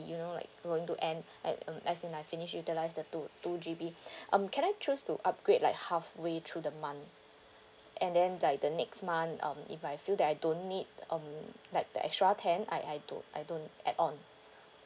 you know like going to end at um as in I finish utilise the two two G_B um can I choose to upgrade like halfway through the month and then like the next month um if I feel that I don't need um like the extra ten I I don't I don't add on